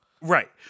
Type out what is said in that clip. right